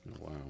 wow